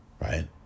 right